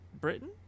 Britain